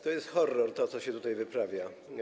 To jest horror, co się tutaj wyprawia.